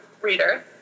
reader